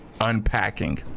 Unpacking